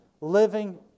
living